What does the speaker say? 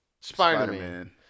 Spider-Man